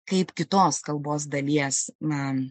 kaip kitos kalbos dalies na